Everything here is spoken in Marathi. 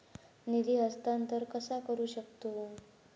निधी हस्तांतर कसा करू शकतू?